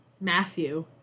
Matthew